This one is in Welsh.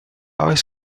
oes